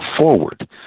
forward